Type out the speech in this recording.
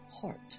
heart